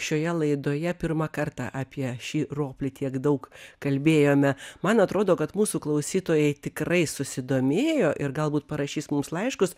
šioje laidoje pirmą kartą apie šį roplį tiek daug kalbėjome man atrodo kad mūsų klausytojai tikrai susidomėjo ir galbūt parašys mums laiškus